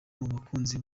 umukunzi